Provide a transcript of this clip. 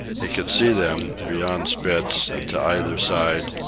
he could see them, beyond spitz and to either side,